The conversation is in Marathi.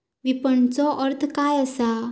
विपणनचो अर्थ काय असा?